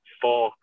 four